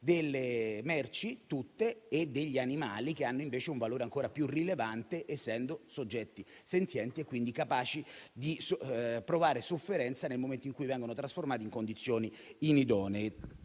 delle merci tutte e degli animali che hanno invece un valore ancora più rilevante, essendo soggetti senzienti e capaci di provare sofferenza nel momento in cui vengono trasformati in condizioni inidonee.